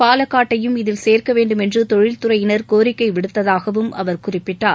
பாலக்காட்டையும் இதில் சேர்க்க வேண்டும் என்று தொழில்துறையினர் கோரிக்கை விடுத்ததாகவும் அவர் குறிப்பிட்டார்